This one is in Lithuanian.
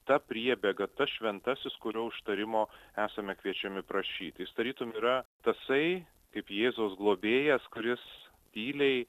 ta priebėga tas šventasis kurio užtarimo esame kviečiami prašyti jis tarytum yra tasai kaip jėzaus globėjas kuris tyliai